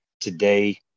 today